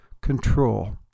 control